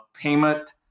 payment